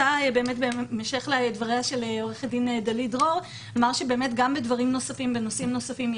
בהמשך לדבריה של עו"ד דלית דרור אני רוצה לומר שגם בנושאים נוספים,